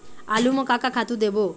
आलू म का का खातू देबो?